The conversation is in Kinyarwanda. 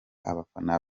abafana